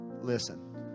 Listen